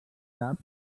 caps